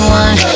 one